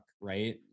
right